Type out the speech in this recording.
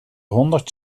honderd